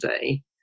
day